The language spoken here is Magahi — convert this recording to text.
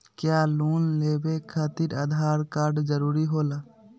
क्या लोन लेवे खातिर आधार कार्ड जरूरी होला?